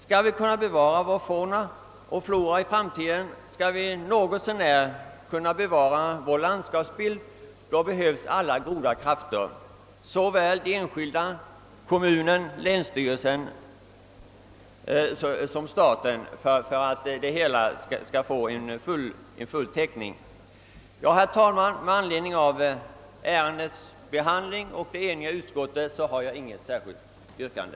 Skall vi kunna bevara vår fauna och flora i framtiden och kunna bevara vår landskapsbild behöver alla goda krafter sättas in härför såväl från enskilda, kommuner och länsstyrelser som från staten. Herr talman! Med anledning av ärendets behandling och det eniga utskottet har jag inget särskilt yrkande.